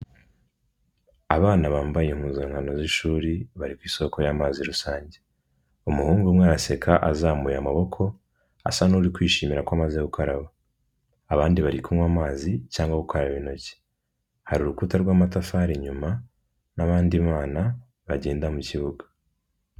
Abana bambaye impuzankano z'ishuri bari ku isoko y'amazi rusange umuhungu umwe araseka azamuye amaboko asa n'uri kwishimira ko amaze gukaraba abandi bari kunywa amazi cyangwa gukaraba intoki hari urukuta rw'amatafari inyuma n'abandi bana bagenda mu kibuga.